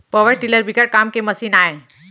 power tiller बिकट काम के मसीन आय